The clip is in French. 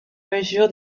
mesure